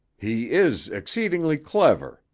he is exceedingly clever,